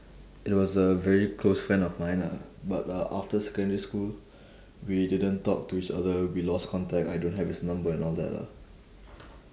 it was a very close friend of mine lah but a~ after secondary school we didn't talk to each other we lost contact I don't have his number and all that lah